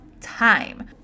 time